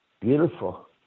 beautiful